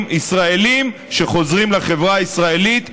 ישראלים שחוזרים לחברה הישראלית.